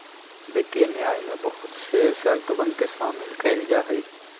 वित्तीय न्याय में बहुत से शर्तवन के शामिल कइल जाहई